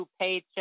paycheck